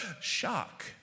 shock